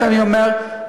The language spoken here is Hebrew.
אני אומר,